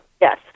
Yes